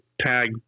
tag